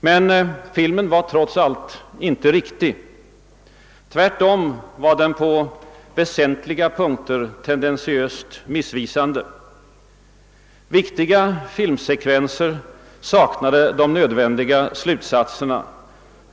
Men filmen var trots allt inte riktig. Tvärtom var den på väsentliga punkter tendentiös och missvisande. Viktiga filmsekvenser saknade de nödvändiga slutsatserna.